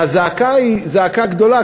והזעקה היא זעקה גדולה.